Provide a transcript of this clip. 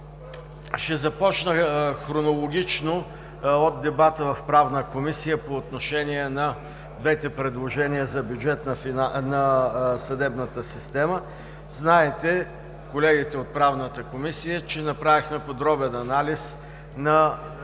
Ще започна хронологично от дебата в Правната комисия по отношение на двете предложения за бюджет на съдебната система. Знаете, колегите от Правната комисия, че направихме подробен анализ, първо, на